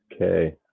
okay